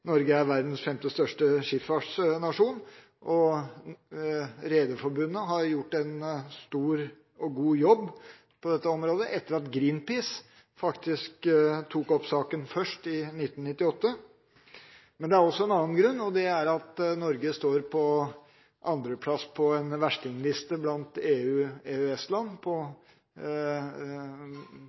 Norge er verdens femte største skipsfartsnasjon. Og Rederiforbundet har gjort en stor og god jobb på dette området, etter at Greenpeace faktisk tok opp saken først, i 1998. Men det er også en annen grunn, og det er at Norge er på andre plass etter Hellas på en verstingliste blant EU/EØS-land som det landet som sender flest skip til opphugging på